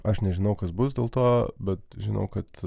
aš nežinau kas bus dėl to bet žinau kad